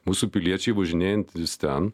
mūsų piliečiai važinėjantys ten